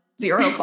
zero